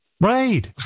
Right